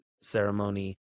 ceremony